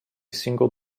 single